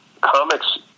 comics